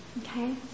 Okay